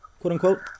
quote-unquote